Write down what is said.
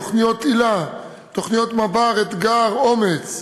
תוכניות היל"ה, תוכניות מב"ר, אתג"ר, אומ"ץ.